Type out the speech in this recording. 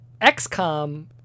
XCOM